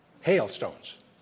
hailstones